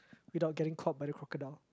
without getting caught by the crocodile